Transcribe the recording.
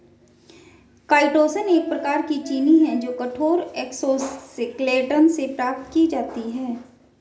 chitosan एक प्रकार की चीनी है जो कठोर एक्सोस्केलेटन से प्राप्त की जाती है